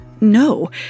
No